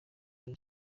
muri